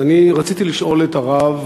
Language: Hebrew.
אז אני רציתי לשאול את הרב,